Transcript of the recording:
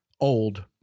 Old